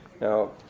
Now